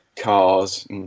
cars